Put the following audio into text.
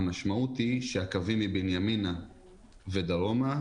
המשמעות היא שהקווים מבנימינה ודרומה,